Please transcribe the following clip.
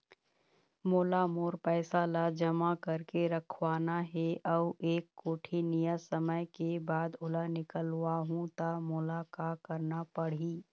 मोला मोर पैसा ला जमा करके रखवाना हे अऊ एक कोठी नियत समय के बाद ओला निकलवा हु ता मोला का करना पड़ही?